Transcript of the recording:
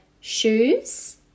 shoes